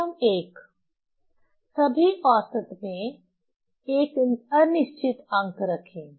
नियम 1 सभी औसत में एक अनिश्चित अंक रखें